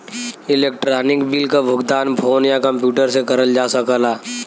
electronic bill क भुगतान phone या कम्प्यूटर से करल जा सकला